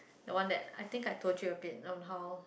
the one that I think I told you a bit on how